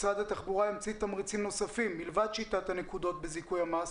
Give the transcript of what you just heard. משרד התחבורה ימציא תמריצים נוספים מלבד שיטת הנקודות בזיכוי המס,